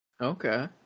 Okay